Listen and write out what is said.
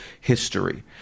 history